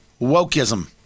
wokeism